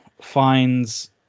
finds